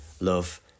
love